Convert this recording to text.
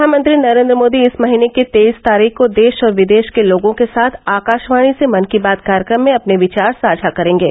प्रधानमंत्री नरेन्द्र मोदी इस महीने की तेईस तारीख को देश और विदेश के लोगों के साथ आकाशवाणी से मन की बात कार्यक्रम में अपने विचार साझा करेंगे